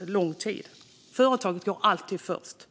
en lång tid. Företaget går alltid först.